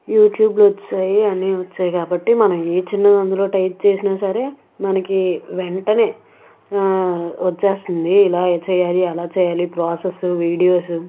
యూట్యూబ్లు వచ్చేసాయి అన్నీ వచ్చేసాయి కాబట్టి మనం ఏ చిన్నది అందులో టైప్ చేసినాసరే మనకీ వెంటనే వచ్చేస్తుంది ఇలా చేయాలి అలా చేయాలి ప్రోసెసు వీడియోసు